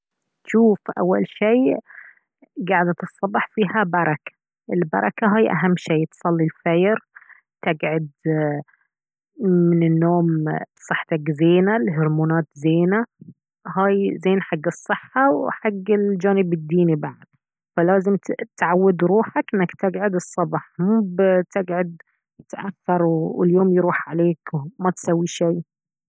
شوف اول شي قعدة الصبح فيها بركة البركة هاي اهم شي تصلي الفير تقعد من النوم صحتك زينة الهرمونات زينة هاي زين حق الصحة وحق الجانب الديني بعد فلازم تعود روحك انك تقعد الصبح مب تقعد متأخر واليوم يروح عليك وما تسوي شي